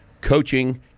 coaching